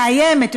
מאיימת,